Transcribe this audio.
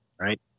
right